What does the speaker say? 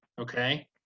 okay